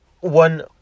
one